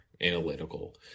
analytical